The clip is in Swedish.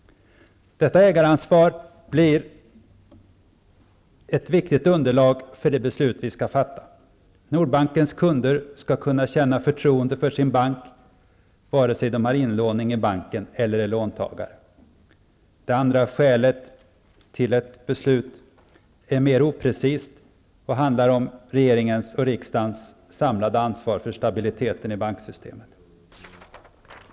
Detta ägaransvar blir ett viktigt underlag för det beslut vi skall fatta. Nordbankens kunder skall kunna känna förtroende för sin bank, vare sig de har inlåning i banken eller är låntagare. Det andra skälet till ett beslut är mer oprecist och handlar om regeringens och riksdagens samlade ansvar för stabiliteten i banksystemet.